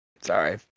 Sorry